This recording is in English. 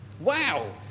Wow